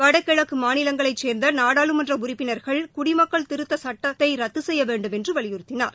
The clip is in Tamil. வடகிழக்கு மாநிலங்களைச் சேர்ந்த நாடாளுமன்ற உறுப்பினர்கள் குடிமக்கள் திருத்தச் சுட்டத்தை ரத்து செய்ய வேண்டுமென்று வலியுறுத்தினர்